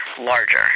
larger